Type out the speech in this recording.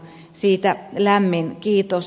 siitä lämmin kiitos